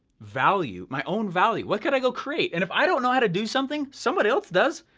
value, my own value, what could i go create? and if i don't know how to do something, somebody else does.